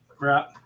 Right